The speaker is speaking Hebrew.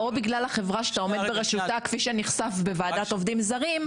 או בגלל החברה שאתה עומד בראשה כפי שנחשף בוועדת עובדים זרים,